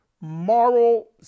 moral